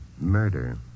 murder